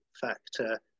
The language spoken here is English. factor